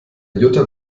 jutta